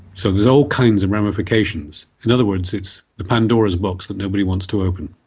so there's all kinds of ramifications. in other words, it's the pandora's box that nobody wants to open.